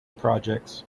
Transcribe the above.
projects